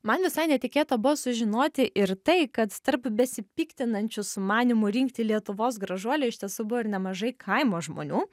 man visai netikėta buvo sužinoti ir tai kad tarp besipiktinančių sumanymu rinkti lietuvos gražuolę iš tiesų buvo ir nemažai kaimo žmonių